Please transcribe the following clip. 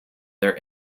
their